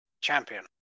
Champion